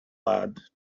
lad